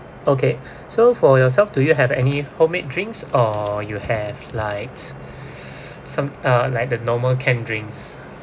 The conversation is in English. okay so for yourself do you have any homemade drinks or you have likes some uh like the normal canned drinks